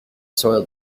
soiled